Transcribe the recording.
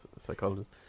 Psychologist